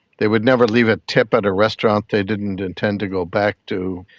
they would never leave a tip at a restaurant they didn't intend to go back to.